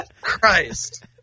Christ